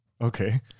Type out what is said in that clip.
Okay